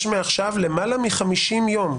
יש מעכשיו למעלה מ-50 יום,